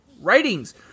Writings